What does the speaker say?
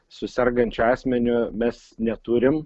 su sergančiu asmeniu mes neturim